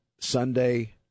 Sunday